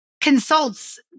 consults